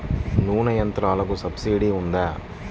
నూనె యంత్రాలకు సబ్సిడీ ఉందా?